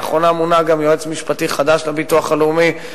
לאחרונה גם מונה יועץ משפטי חדש לביטוח הלאומי.